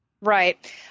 Right